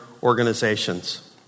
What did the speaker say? organizations